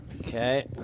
Okay